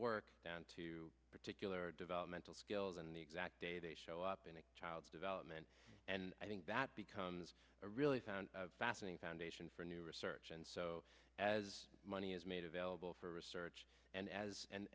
work down to particular developmental skills and the exact day they show up in a child's development and i think that becomes a really found fascinating foundation for new research and so as money is made available for research and as